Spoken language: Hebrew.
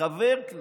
כחבר כנסת.